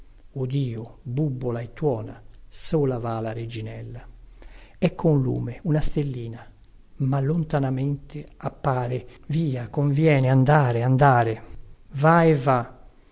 bubbola e tuona sola va la reginella ecco un lume una stellina ma lontanamente appare via conviene andare andare va e va